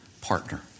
partner